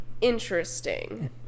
interesting